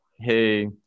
hey